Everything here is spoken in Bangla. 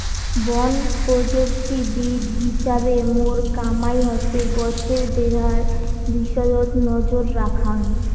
বন প্রযুক্তিবিদ হিছাবে মোর কামাই হসে গছের দেহার বিষয়ত নজর রাখাং